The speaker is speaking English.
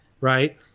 right